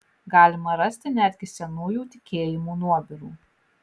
galima rasti netgi senųjų tikėjimų nuobirų